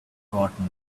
forgotten